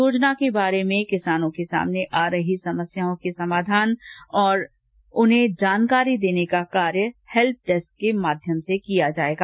योजना के बारे में किसानों के सामने आ रही समस्याओं के समाधान और और उन्हें जानकारी देने का कार्य हेल्प डेस्क के माध्यम से किया जाएगा